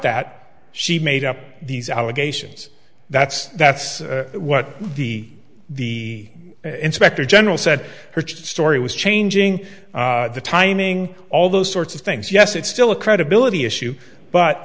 that she made up these allegations that's that's what the the inspector general said her story was changing the timing all those sorts of things yes it's still a credibility issue but